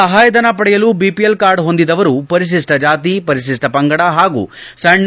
ಸಹಾಯಧನ ಪಡೆಯಲು BPL card ಹೊಂದಿದವರು ಪರಿಶಿಷ್ಟ ಜಾತಿ ಪರಿಶಿಷ್ಟ ಪಂಗಡ ಹಾಗೂ ಸಣ್ಣ